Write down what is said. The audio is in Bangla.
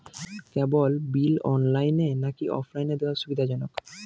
কেবল বিল অনলাইনে নাকি অফলাইনে দেওয়া সুবিধাজনক?